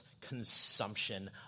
consumption